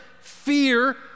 fear